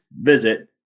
visit